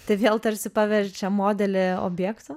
tai vėl tarsi paverčia modelį objektu